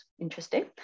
interesting